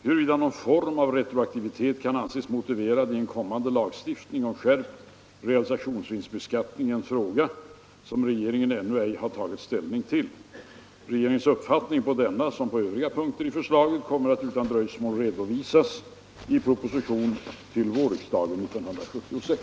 Huruvida någon form av retroaktivitet kan anses motiverad i en kommande lagstiftning om skärpt realisationsvinstbeskattning är en fråga som regeringen ännu ej tagit ställning till. Regeringens uppfattning på denna liksom på övriga punkter i förslaget kommer att utan dröjsmål redovisas i proposition till vårriksdagen 1976.